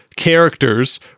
characters